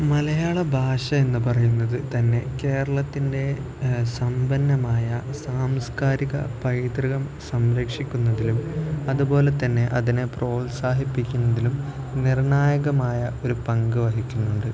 മലയാള ഭാഷ എന്ന് പറയുന്നത് തന്നെ കേരളത്തിൻ്റെ സമ്പന്നമായ സാംസ്കാരിക പൈതൃകം സംരക്ഷിക്കുന്നതിലും അതുപോലെ തന്നെ അതിനെ പ്രോത്സാഹിപ്പിക്കുന്നതിലും നിർണ്ണായകമായ ഒരു പങ്ക് വഹിക്കുന്നുണ്ട്